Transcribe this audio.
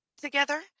together